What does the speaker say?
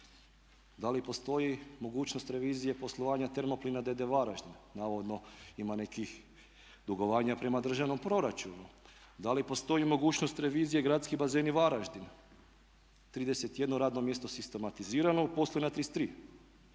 Da li postoji mogućnost revizije poslovanja Termoplina d.d. Varaždin? Navodno ima nekih dugovanja prema državnom proračunu. Da li postoji mogućnost revizije Gradski bazeni Varaždin? 31 radno mjesto sistematizirano, uposlena 33